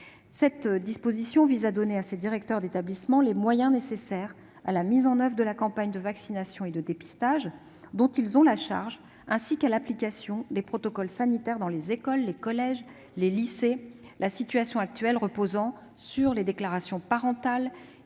Cette disposition vise à donner à ces directeurs d'établissement les moyens nécessaires à la mise en oeuvre de la campagne de vaccination et de dépistage dont ils ont la charge, ainsi qu'à l'application des protocoles sanitaires dans les écoles, les collèges et les lycées. La situation actuelle, reposant sur des déclarations parentales,